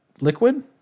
liquid